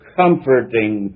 comforting